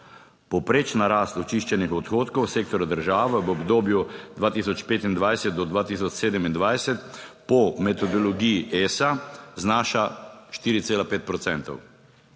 Povprečna rast očiščenih odhodkov sektorja država v obdobju 2025 do 2027, po metodologiji ESA, znaša 4,5